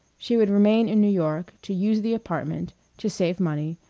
she would remain in new york to use the apartment, to save money,